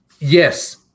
Yes